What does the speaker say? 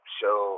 show